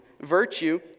Virtue